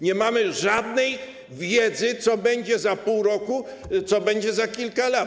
Nie mamy żadnej wiedzy, co będzie za pół roku, co będzie za kilka lat.